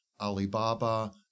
Alibaba